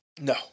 No